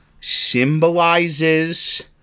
symbolizes